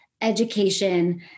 education